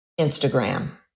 Instagram